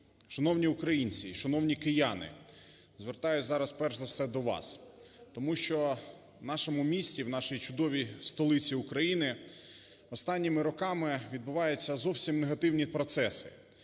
Шановні українці, шановні кияни, звертаюся зараз перш за все до вас, тому що у нашому місті, у нашій чудовій столиці України останніми роками відбувається зовсім негативні процеси.